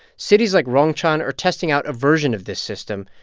cities like rongcheng are testing out a version of this system,